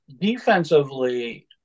Defensively